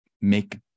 make